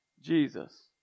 Jesus